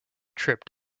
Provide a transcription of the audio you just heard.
tripped